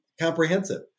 comprehensive